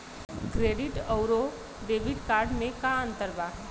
Credit अउरो debit card मे का अन्तर बा?